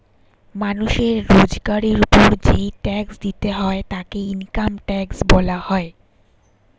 মানুষের রোজগারের উপর যেই ট্যাক্স দিতে হয় তাকে ইনকাম ট্যাক্স বলা হয়